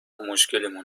مشکلمون